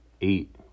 eight